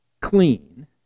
clean